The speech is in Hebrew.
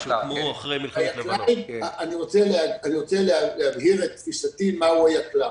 אני רוצה להבהיר את תפיסתי מה הוא היקל"ר.